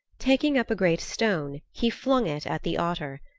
taking up a great stone he flung it at the otter.